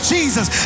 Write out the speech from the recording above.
Jesus